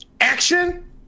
action